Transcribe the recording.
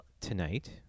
tonight